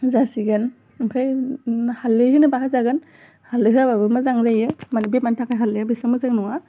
जासिगोन ओमफाय हालदै होनोबा होजागोन हालदै होयाबाबो मोजां जायो मानि बेमारनि थाखाय हलदैआबो एसे मोजां नङा